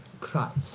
Christ